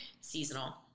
seasonal